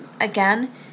Again